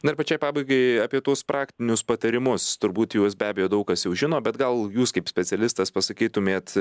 na ir pačiai pabaigai apie tuos praktinius patarimus turbūt juos be abejo daug kas jau žino bet gal jūs kaip specialistas pasakytumėt